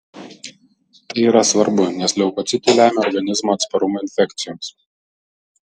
tai yra svarbu nes leukocitai lemia organizmo atsparumą infekcijoms